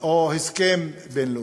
או הסכם בין-לאומי.